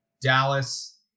Dallas